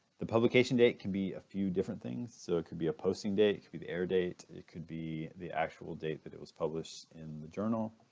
the publication date can be a few different things. so it could be a posting date, it could be the air date, it could be the actual date that it was published in the journal.